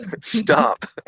Stop